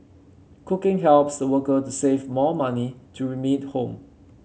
cooking helps the worker to save more money to remit home